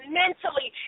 mentally